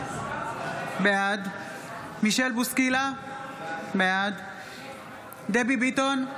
בעד מישל בוסקילה, בעד דבי ביטון,